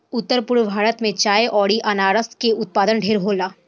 उत्तर पूरब भारत में चाय अउर अनारस के उत्पाद ढेरे होला